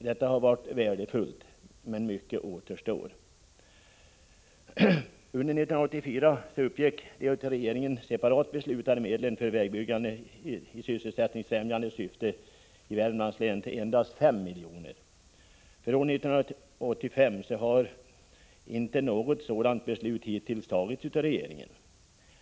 Detta har varit värdefullt, men mycket återstår att göra. Under år 1984 uppgick de av regeringen separat beslutade medlen för vägbyggande i sysselsättningsfrämjande syfte i Värmlands län till endast 5 milj.kr. För år 1985 har inte något sådant beslut hittills tagits av regeringen.